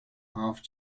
half